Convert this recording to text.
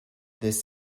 this